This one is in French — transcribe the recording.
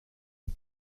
aux